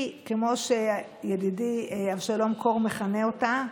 כמו שידידי אבשלום קור מכנה אותה,